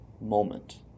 moment